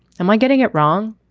am i getting it wrong?